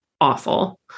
awful